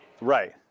Right